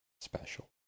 special